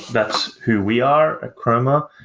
that's who we are at chroma.